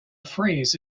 phrase